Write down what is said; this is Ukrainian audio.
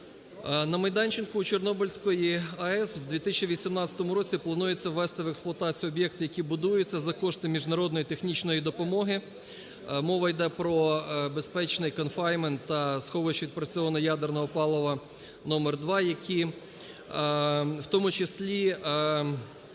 На майданчику у Чорнобильській АЕС в 2018 році планується ввести в експлуатацію об'єкти, які будуються за кошти міжнародної технічної допомоги. Мова іде про безпечний конфайнмент та сховище відпрацьоване ядерного палива № 2, який в тому числі